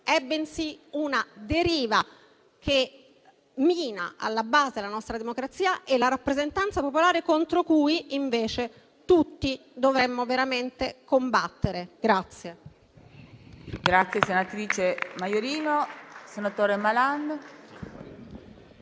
bensì una deriva che mina alla base la nostra democrazia e la rappresentanza popolare contro cui invece tutti dovremmo veramente combattere.